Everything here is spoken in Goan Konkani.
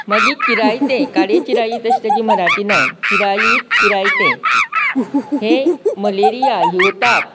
मागीर किरायतें काडयेचीरीई तशें ताचें मराठी नांव किराईत किरायतें हे मलेरिया या ताप